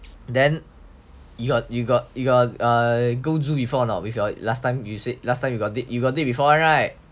then you got you got you got err go zoo before or not with your last time you say last time you got you got date before [right]